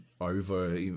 over